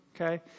Okay